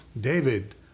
David